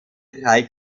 drei